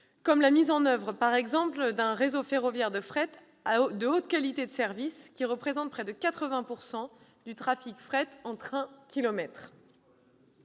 comme la mise en oeuvre d'un réseau ferroviaire de fret de haute qualité de service, représentant près de 80 % du trafic fret en trains-kilomètres.